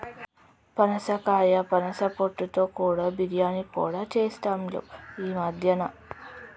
పనసకాయ పనస పొట్టు తో కూర, బిర్యానీ కూడా చెస్తాండ్లు ఈ మద్యన